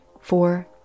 Four